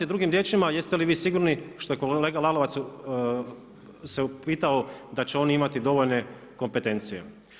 Drugim riječima jeste li vi sigurni što je kolega Lalovac se upitao da će oni imati dovoljne kompetencije.